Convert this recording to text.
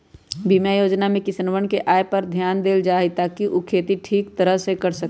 बीमा योजना में किसनवन के आय पर ध्यान देवल जाहई ताकि ऊ खेती ठीक तरह से कर सके